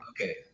Okay